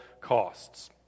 costs